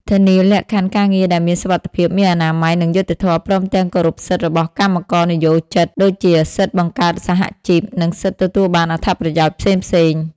ធានាលក្ខខណ្ឌការងារដែលមានសុវត្ថិភាព មានអនាម័យ និងយុត្តិធម៌ ព្រមទាំងគោរពសិទ្ធិរបស់កម្មករនិយោជិត ដូចជាសិទ្ធិបង្កើតសហជីព និងសិទ្ធិទទួលបានអត្ថប្រយោជន៍ផ្សេងៗ ។